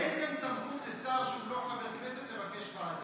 אין כאן סמכות לשר שהוא לא חבר כנסת לבקש ועדה.